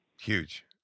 Huge